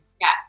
Yes